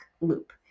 loop